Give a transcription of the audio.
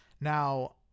Now